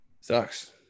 sucks